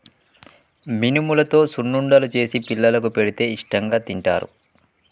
మినుములతో సున్నుండలు చేసి పిల్లలకు పెడితే ఇష్టాంగా తింటారు